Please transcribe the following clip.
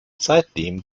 seitdem